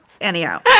Anyhow